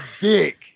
dick